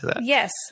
Yes